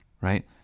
right